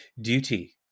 duty